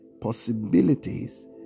possibilities